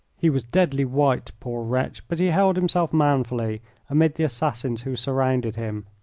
he was deadly white, poor wretch, but he held himself manfully amid the assassins who surrounded him.